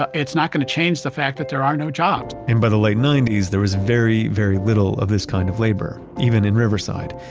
ah it's not going to change the fact that there are no jobs and by the ninety s, there was very, very little of this kind of labor, even in riverside.